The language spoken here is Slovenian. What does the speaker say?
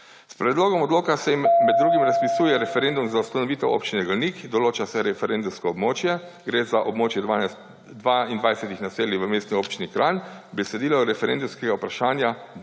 S Predlogom odloka se med drugim razpisuje referendum za ustanovitev Občine Golnik, določa se referendumsko območje. Gre za območje 22 naselij v Mestni občini Kranj, besedilo referendumskega vprašanja,